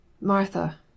Martha